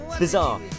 Bizarre